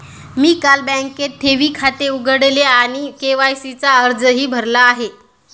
मी काल बँकेत ठेवी खाते उघडले आणि के.वाय.सी चा अर्जही भरला आहे